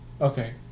okay